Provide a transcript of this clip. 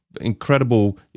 incredible